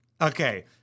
okay